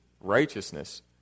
righteousness